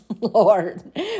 Lord